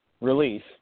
release